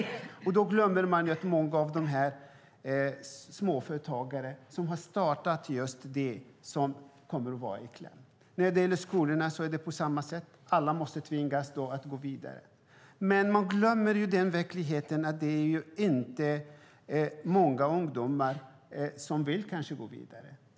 Man glömmer att många av de småföretagare som har startat företag kommer i kläm. Det är likadant när det gäller skolorna. Alla ska tvingas att gå vidare. Man glömmer verkligheten. Många ungdomar vill kanske inte gå vidare.